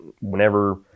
whenever